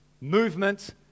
movement